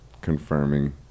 confirming